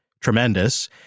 tremendous